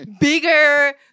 bigger